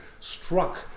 struck